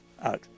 out